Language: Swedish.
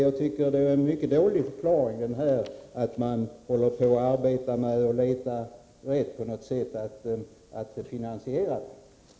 Jag tycker att det är en mycket dålig förklaring, när det hävdas att man håller på att leta efter ett sätt att finansiera försäkringen.